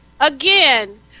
again